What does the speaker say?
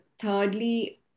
thirdly